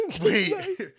wait